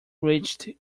reached